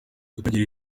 kutagira